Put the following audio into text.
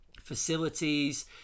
facilities